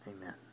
Amen